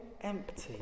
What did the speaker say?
empty